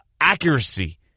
Accuracy